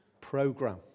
program